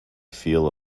feel